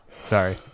Sorry